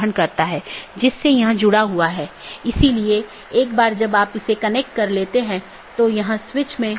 क्योंकि यह एक बड़ा नेटवर्क है और कई AS हैं